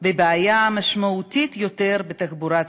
בבעיה משמעותית ביותר בתחבורה הציבורית,